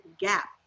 gap